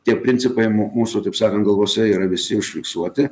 tie principai mu mūsų taip sakant galvose yra visi užfiksuoti